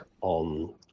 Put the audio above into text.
on